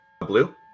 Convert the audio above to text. blue